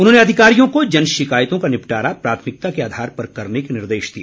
उन्होंने अधिकारियों को जन शिकायतों का निपटारा प्राथमिकता के आधार पर करने के निर्देश दिए